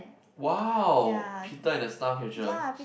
!wow! Peter and the staff casual